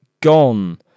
gone